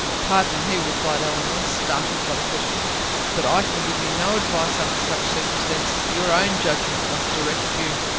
pardon me, replied elinor, startled by the question but i can give you no advice under such circumstances. your own judgment must direct you.